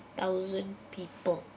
thousand people